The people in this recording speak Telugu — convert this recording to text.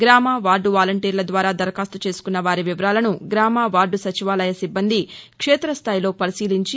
గ్రామ వార్దు వలంటీర్ల ద్వారా దరఖాస్తు చేసుకున్న వారి వివరాలను గ్రామ వార్దు సచివాలయ సిబ్బంది క్షేత స్థాయిలో పరిశీలించి